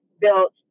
built